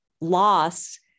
loss